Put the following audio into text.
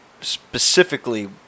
specifically